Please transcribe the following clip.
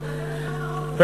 זה לטווח הארוך.